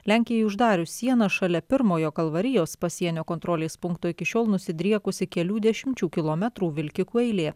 lenkijai uždarius sieną šalia pirmojo kalvarijos pasienio kontrolės punkto iki šiol nusidriekusi kelių dešimčių kilometrų vilkikų eilė